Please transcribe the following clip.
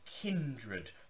kindred